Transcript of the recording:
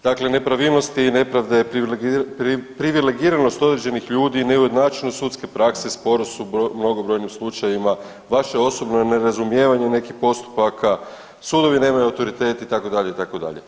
Dakle, nepravilnosti, nepravde privilegiranost određenih ljudi, neujednačenost sudske prakse, sporost u mnogobrojnim slučajevima, vaše osobno nerazumijevanje nekih postupaka, sudovi nemaju autoritet itd., itd.